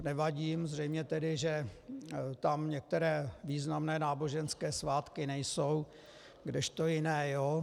Nevadí jim zřejmě, že tam některé významné náboženské svátky nejsou, kdežto jiné jo.